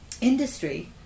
industry